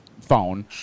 phone